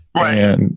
right